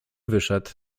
wyszedł